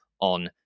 on